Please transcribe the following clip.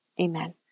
Amen